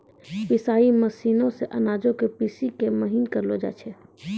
पिसाई मशीनो से अनाजो के पीसि के महीन करलो जाय छै